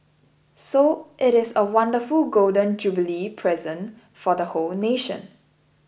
so it is a wonderful Golden Jubilee present for the whole nation